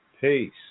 Peace